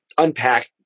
unpack